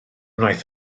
wnaeth